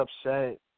upset